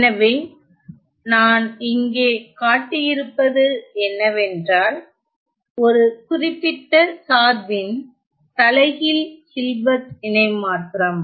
எனவே நான் இங்கே காட்டியிருப்பது என்னவென்றால் ஒரு குறிப்பிட்ட சார்பின் தலைகீழ் ஹில்பர்ட்இணைமாற்றம்